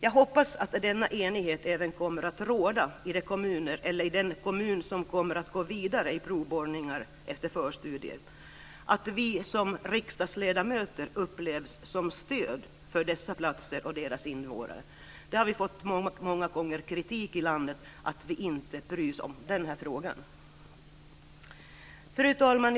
Jag hoppas att denna enighet även kommer att råda i de kommuner eller i den kommun som kommer att gå vidare med provborrningar efter förstudier och att vi som riksdagsledamöter upplevs som stöd för dessa platser och deras invånare. Vi har många gånger fått kritik för att vi inte bryr oss om den här frågan. Fru talman!